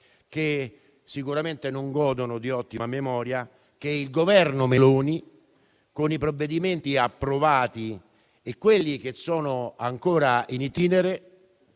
che sicuramente non godono di ottima memoria, che il Governo Meloni, con i provvedimenti approvati e quelli che sono ancora *in itinere*,